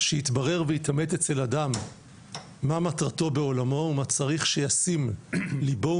שיתברר ויתאמת אצל אדם מה מטרתו בעולמו ומה צריך שישים ליבו,